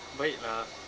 baik lah